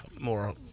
more